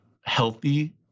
healthy